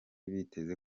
biteze